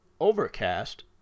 Overcast